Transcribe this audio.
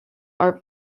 are